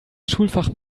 schulfach